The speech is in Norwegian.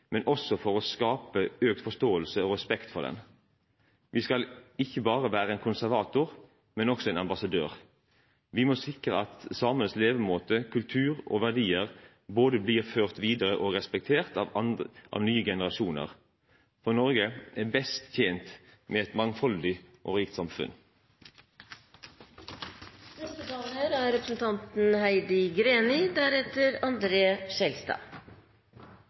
men også for å skape økt forståelse og respekt for den. Vi skal ikke bare være en konservator, men også en ambassadør. Vi må sikre at samenes levemåte, kultur og verdier både blir ført videre og respektert av nye generasjoner, for Norge er best tjent med et mangfoldig og rikt samfunn. Som det står i meldingen om Sametingets virksomhet, er